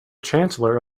chancellor